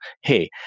hey